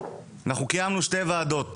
אנחנו קיימנו שתי ועדות